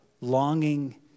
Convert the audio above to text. longing